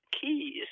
keys